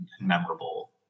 memorable